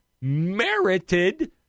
merited